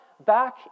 back